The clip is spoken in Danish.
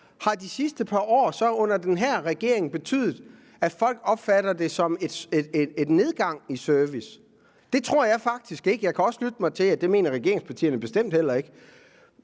Har de sidste par år under den her regering så betydet, at folk opfatter det som en nedgang i servicen? Det tror jeg faktisk ikke. Jeg kan også lytte mig til, at regeringspartierne bestemt heller ikke